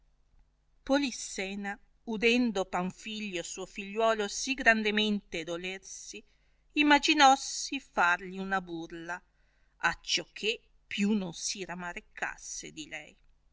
polissena udendo panfilio suo figliuolo sì grandemente dolersi immaginossi farli una burla acciò che più non si ramaricasse di lei